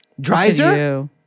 Dreiser